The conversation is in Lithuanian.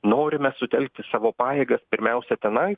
norime sutelkti savo pajėgas pirmiausia tenai